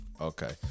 Okay